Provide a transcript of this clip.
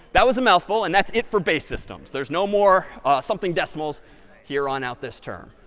that was a mouthful. and that's it for base systems. there's no more something decimals here on out this term.